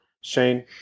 Shane